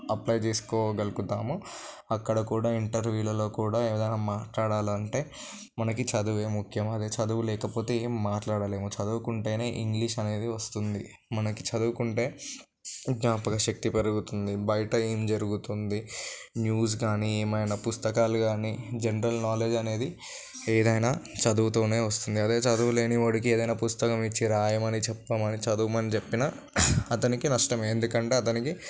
apply చేసుకోగలుగుతాము అక్కడ కూడా ఇంటర్వ్యూలలో కూడా ఏదైనా మాట్లాడాలంటే మనకి చదువే ముఖ్యం అదే చదువు లేకపోతే ఏం మాట్లాడలేము చదువుకుంటేనే ఇంగ్లీష్ అనేది వస్తుంది మనకి చదువుకుంటే జ్ఞాపకశక్తి పెరుగుతుంది బయట ఏం జరుగుతుంది న్యూస్ కానీ ఏమైనా పుస్తకాలు కానీ జనరల్ నాలెడ్జ్ అనేది ఏదైనా చదువుతోనే వస్తుంది అదే చదువులేని వాడికి ఏదైనా పుస్తకమిచ్చి రాయమని చెప్పమని చదవమని చెప్పినా అతనికి నష్టమే ఎందుకంటే అతనికి